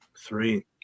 Three